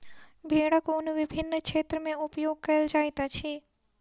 भेड़क ऊन विभिन्न क्षेत्र में उपयोग कयल जाइत अछि